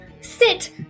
SIT